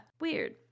weird